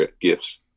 gifts